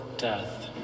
death